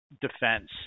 defense